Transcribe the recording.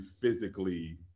physically